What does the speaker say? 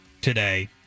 today